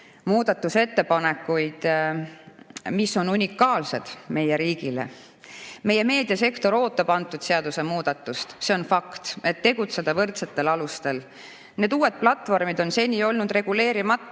muudatusettepanekuid, mis on meie riigi jaoks unikaalsed. Meie meediasektor ootab seda seadusemuudatust – see on fakt –, et tegutseda võrdsetel alustel. Need uued platvormid on seni olnud reguleerimata